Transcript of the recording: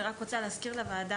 אני רק רוצה להזכיר לוועדה